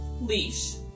leash